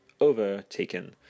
overtaken